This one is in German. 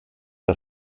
der